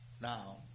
now